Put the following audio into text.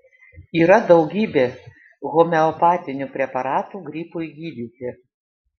yra daugybė homeopatinių preparatų gripui gydyti